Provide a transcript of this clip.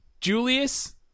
Julius